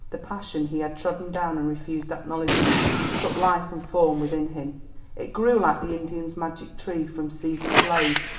the passion he had trodden down and refused acknowledgment took life and form within him it grew like the indian's magic tree, from seed to blade,